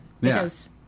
Yes